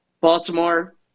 Baltimore